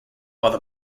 while